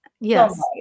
Yes